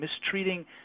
mistreating